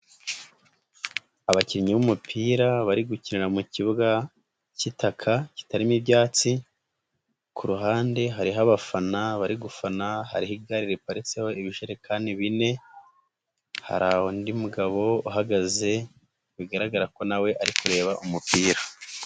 Abakinnyi b'umupira bari gukinira mu kibuga k'itaka kitarimo ibyatsi, ku ruhande hariho abafana bari gufana, hariho igare ripatseho ibijerekani bine, hari undi mugabo uhagaze bigaragara ko na we ari kureba umupira.